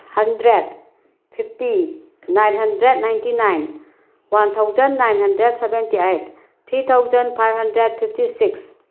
hundred fifty nine hundred ninety nine one thousand nine hundred seventy eight three thousand five hundred fifty six